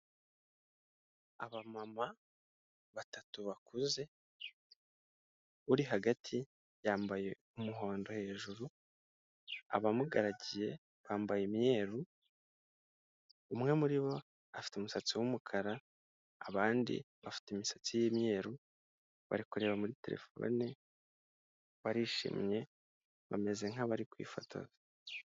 Abamama batatu bakuze, uri hagati yambaye umuhondo hejuru, abamugaragiye bambaye imyeru, umwe muri bo afite umusatsi w'umukara abandi bafite imisatsi y'imyeru, bari kureba muri telefone, barishimye, bameze nk'abari kwifotoza.